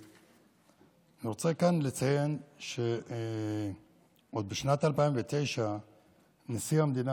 אני רוצה כאן לציין שעוד בשנת 2009 נשיא המדינה,